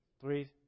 three